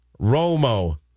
Romo